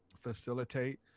facilitate